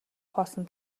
хоосон